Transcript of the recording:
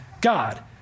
God